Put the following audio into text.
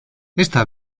esta